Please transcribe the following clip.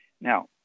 Now